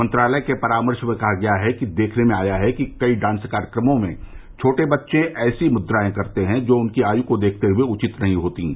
मंत्रालय के परामर्श में कहा गया है कि देखने में आया है कि कई डांस कार्यक्रमों में छोटे बच्चे ऐसी मुद्राएं करते हैं जो उनकी आय को देखते हुए उचित नहीं होतीं